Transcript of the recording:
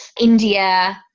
India